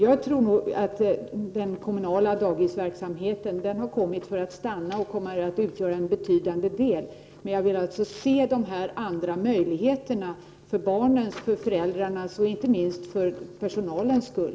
Jag tror nog att den kommunala dagisverksamheten har kommit för att stanna och att den kommer att utgöra en betydande del, men jag vill också se de andra möjligheterna -- för barnens, för föräldrarnas och inte minst för personalens skull.